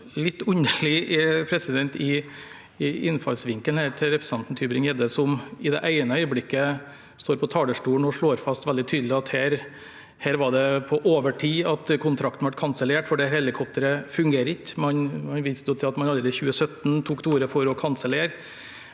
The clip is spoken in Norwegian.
litt underlig i innfallsvinkelen til representanten Tybring-Gjedde, som i det ene øyeblikket står på talerstolen og slår fast veldig tydelig at det var på overtid at kontrakten ble kansellert, for helikopteret fungerer ikke, man viste til at man allerede i 2017 tok til orde for å kansellere,